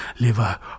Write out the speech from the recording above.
liver